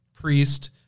priest